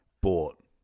bought